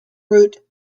route